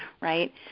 right